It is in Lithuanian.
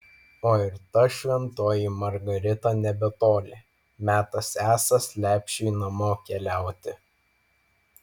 o ir ta šventoji margarita nebetoli metas esąs lepšiui namo keliauti